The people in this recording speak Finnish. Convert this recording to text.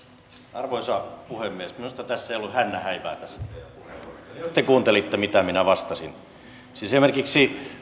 arvoisa puhemies minusta tässä ei ollut hännän häivää tässä teidän puheenvuorossanne jos te kuuntelitte mitä minä vastasin niin esimerkiksi